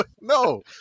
No